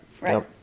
Right